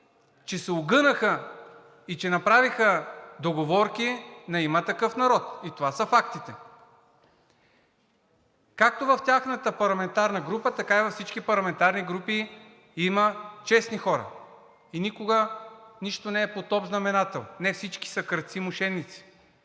че се огънаха и направиха договорки на „Има такъв народ“. Това са фактите! Както в тяхната парламентарна група, така и във всички парламентарни групи има честни хора и никога нищо не е под общ знаменател – не всички са крадци и мошеници,